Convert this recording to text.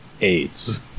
AIDS